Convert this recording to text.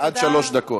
עד שלוש דקות.